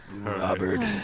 Robert